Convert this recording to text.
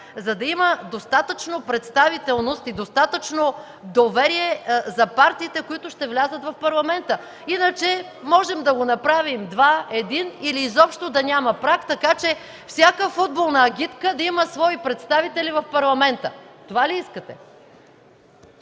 за да има достатъчно представителност и достатъчно доверие за партиите, които ще влязат в Парламента. Иначе можем да го направим два, един или изобщо да няма праг, така че всяка футболна агитка да има свои представители в Парламента. Това ли искате?